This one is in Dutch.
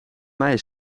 mij